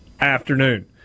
afternoon